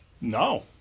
No